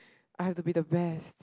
I have to be the best